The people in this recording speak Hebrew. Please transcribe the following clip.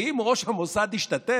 כי אם ראש המוסד השתתף,